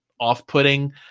off-putting